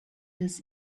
des